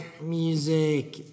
music